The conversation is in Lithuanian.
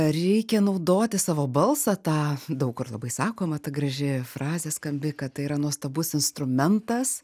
reikia naudoti savo balsą tą daug kur labai sakoma ta graži frazė skambi kad tai yra nuostabus instrumentas